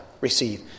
receive